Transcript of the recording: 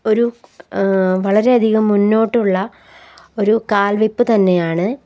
ഒരു വളരെയധികം മുന്നോട്ടുള്ള ഒരു കാല്വെപ്പു തന്നെയാണ്